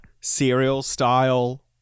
serial-style